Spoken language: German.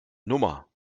nummer